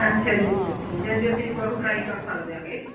ਅੱਛਾ ਜੀ ਅੱਛਾ ਅੱਛਾ ਯਾਨੀ ਕਿ ਅਸੀਂ ਉਹ ਟਰਾਈ ਕਰ ਸਕਦੇ ਆ ਕੇ